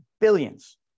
billions